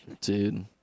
Dude